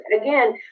again